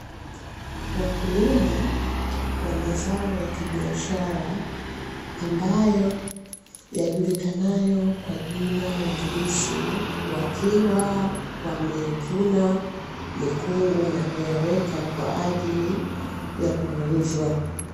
Wakulima wa mazao ya biashara ambayo yajulikanayo kwa jina la ndizi